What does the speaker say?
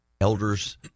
elders